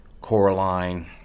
Coraline